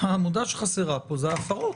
העמודה שחסרה פה היא ההפרות.